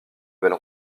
belle